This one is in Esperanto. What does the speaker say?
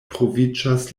troviĝas